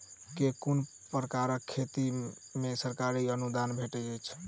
केँ कुन प्रकारक खेती मे सरकारी अनुदान भेटैत अछि?